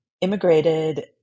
immigrated